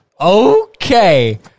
Okay